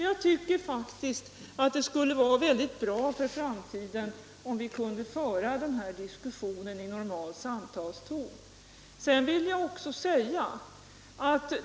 Det skulle enligt min mening vara väldigt bra för framtiden om vi kunde föra den här diskussionen i normal samtalston.